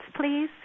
please